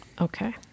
Okay